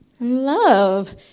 Love